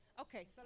Okay